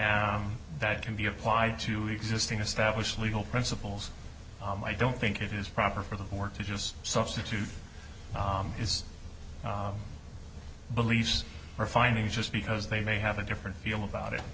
that can be applied to existing established legal principles i don't think it is proper for them or to just substitute his beliefs or finding just because they may have a different feel about it